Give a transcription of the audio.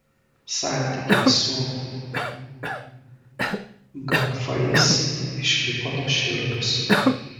santykiai su grafais išliko nuoširdūs